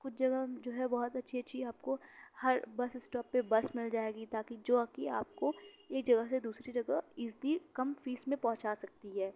کچھ جگہ جو ہے بہت اچھی اچھی آپ کو ہر بس اسٹاپ پہ بس مِل جائے گی تا کہ جو کہ آپ کو ایک جگہ سے دوسری جگہ ایزلی کم فیس میں پہنچا سکتی ہے